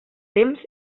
temps